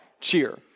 cheer